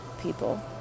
people